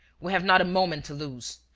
we have not a moment to lose.